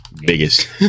Biggest